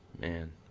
Man